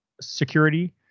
security